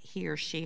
he or she